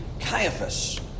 Caiaphas